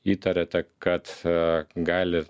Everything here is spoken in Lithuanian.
įtariate kad gali